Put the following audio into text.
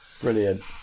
Brilliant